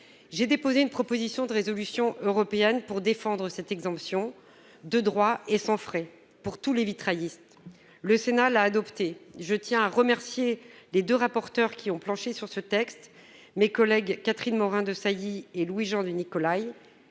J'ai déposé une proposition de résolution européenne pour défendre cette exemption, de droit et sans frais, pour tous les vitraillistes. Le Sénat l'a adoptée. Je tiens d'ailleurs à remercier les deux rapporteurs qui ont planché sur ce texte, mes collègues Catherine Morin-Desailly et Louis-Jean de Nicolaÿ,